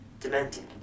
Demented